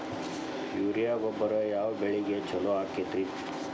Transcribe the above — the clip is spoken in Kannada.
ಯೂರಿಯಾ ಗೊಬ್ಬರ ಯಾವ ಬೆಳಿಗೆ ಛಲೋ ಆಕ್ಕೆತಿ?